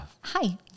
Hi